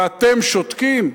ואתם שותקים?